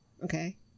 Okay